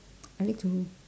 I like to